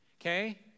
okay